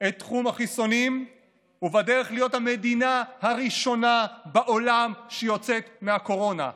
את תחום החיסונים ובדרך להיות המדינה הראשונה בעולם שיוצאת מהקורונה,